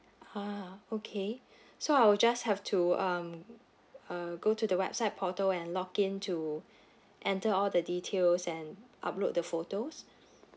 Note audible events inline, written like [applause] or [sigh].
ha okay [breath] so I will just have to um uh go to the website portal and log in to enter all the details and upload the photos